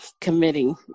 committing